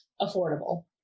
Affordable